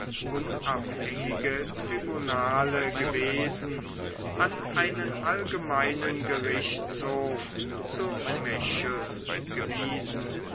unabhängige tribunale gewesen an einen allgemeinen gerichtshof zu mecheln gewiesen